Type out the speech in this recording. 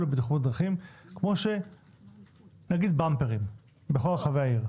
לבטיחות בדרכים כמו נגיד במפרים בכל רחבי העיר.